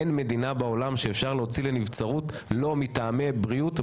אין מדינה בעולם שבה אפשר להוציא לנבצרות לא מטעמי בריאות.